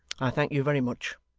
i thank you very much